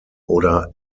oder